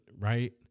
Right